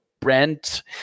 Brent